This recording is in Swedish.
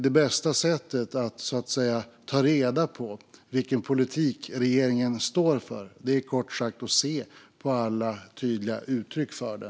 Det bästa sättet att ta reda på vilken politik regeringen står för är kort sagt att se på alla tydliga uttryck för den.